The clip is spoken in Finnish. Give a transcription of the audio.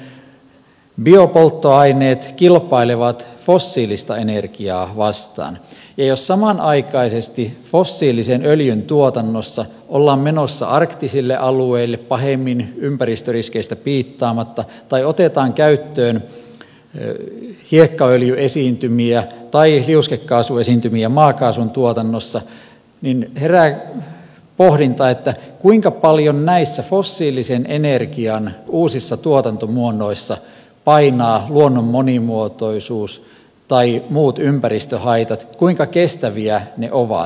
nimittäin biopolttoaineet kilpailevat fossiilista energiaa vastaan ja jos samanaikaisesti fossiilisen öljyn tuotannossa ollaan menossa arktisille alueille pahemmin ympäristöriskeistä piittaamatta tai otetaan käyttöön hiekkaöljyesiintymiä tai liuskekaasuesiintymiä maakaasun tuotannossa niin herää pohdinta kuinka paljon näissä fossiilisen energian uusissa tuotantomuodoissa painaa luonnon monimuotoisuus tai muut ympäristöhaitat kuinka kestäviä ne ovat